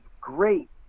great